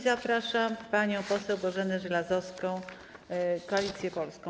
Zapraszam panią poseł Bożenę Żelazowską, Koalicja Polska.